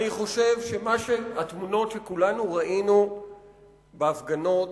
התמונות שכולנו ראינו בהפגנות